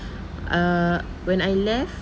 err when I left